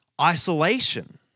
isolation